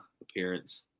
appearance